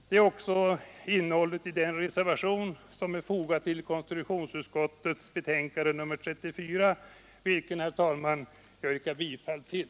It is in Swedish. Det är också innehållet i den reservation som är fogad till konstitutionsutskottets betänkande nr 34, vilken, herr talman, jag yrkar bifall till.